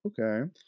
Okay